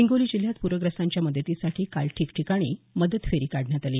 हिंगोली जिल्ह्यात पूरग्रस्तांच्या मदतीसाठी काल ठिकठिकाणी मदत फेरी काढण्यात आली